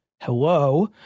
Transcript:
Hello